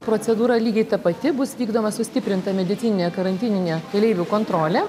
procedūra lygiai ta pati bus vykdoma sustiprinta medicininė karantininė keleivių kontrolė